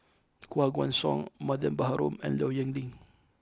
Koh Guan Song Mariam Baharom and Low Yen Ling